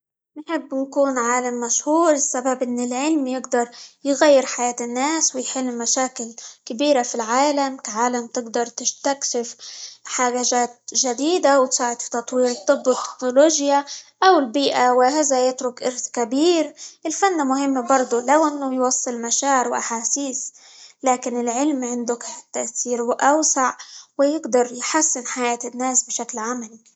نحب نكون عالم مشهور؛ السبب إن العلم يقدر يغير حياة الناس، ويحل مشاكل كبيرة في العالم، كعالم تقدر تستكشف حاجات جديدة، وتساعد فى تطوير الطب، والتكنولوجيا، أو البيئة، وهذا يترك إرث كبير، الفن مهم برضو لو إنه يوصل مشاعر، وأحاسيس، لكن العلم عندك تأثيره أوسع، ويقدر يحسن حياة الناس بشكل عملي.